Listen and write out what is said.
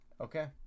Okay